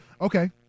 Okay